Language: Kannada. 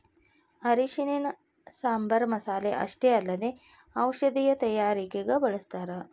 ಅರಿಶಿಣನ ಸಾಂಬಾರ್ ಮಸಾಲೆ ಅಷ್ಟೇ ಅಲ್ಲದೆ ಔಷಧೇಯ ತಯಾರಿಕಗ ಬಳಸ್ಥಾರ